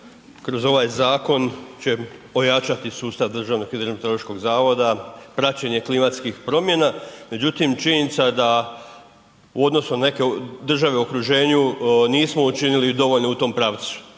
kroz ovaj zakon će ojačati sustav Državnog hidrometeorološkog zavoda, praćenje klimatskih promjena međutim činjenica da u odnosu na neke države u okruženju nismo učinili dovoljno u tom pravcu.